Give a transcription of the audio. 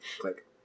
Click